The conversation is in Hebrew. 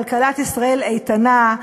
כלכלת ישראל איתנה,